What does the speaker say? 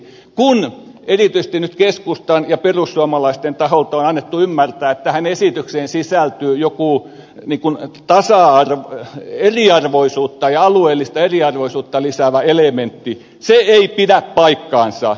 kun erityisesti nyt keskustan ja perussuomalaisten taholta on annettu ymmärtää että tähän esitykseen sisältyy joko lipun taas ja eriarvoisuutta joku alueellista eriarvoisuutta lisäävä elementti se ei pidä paikkaansa